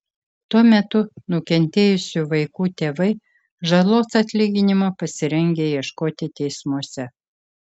tuo metu nukentėjusių vaikų tėvai žalos atlyginimo pasirengę ieškoti teismuose